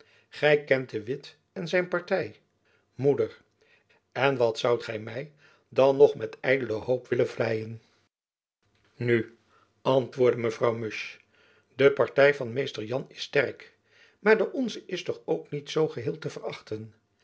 gy kent de witt en zijn party moeder en wat zoudt gy my dan nog met ydele hoop willen vleien nu antwoordde mevrouw musch de party van mr jan is sterk maar de onze is toch ook niet zoo geheel te verachten